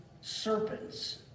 serpents